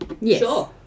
yes